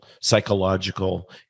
psychological